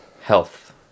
health